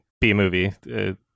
B-Movie